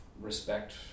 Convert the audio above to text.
respect